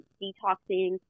detoxing